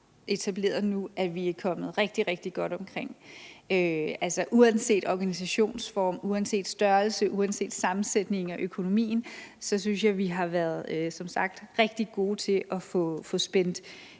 etableret nu, er kommet rigtig, rigtig godt omkring. Altså, uanset organisationsform, uanset størrelse, uanset sammensætning og økonomi synes jeg som sagt, vi har været rigtig gode til at få spændt